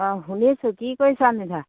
অঁ শুনিছোঁ কি কৰিছা নিধা